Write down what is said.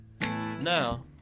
Now